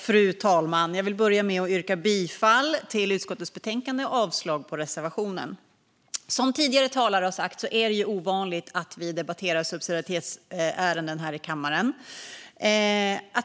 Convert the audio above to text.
Fru talman! Jag vill börja med att yrka bifall till utskottets förslag i betänkandet och avslag på reservationen. Som tidigare talare har sagt är det ovanligt att vi debatterar subsidiaritetsärenden här i kammaren.